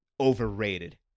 Overrated